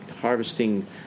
harvesting